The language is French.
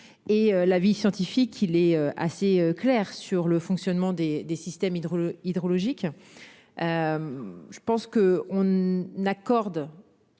et l'avis scientifique, il est assez clair sur le fonctionnement des des systèmes hydro-hydrologiques. Je pense que on n'accorde.